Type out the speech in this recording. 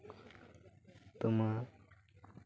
ᱛᱳᱢᱟᱨ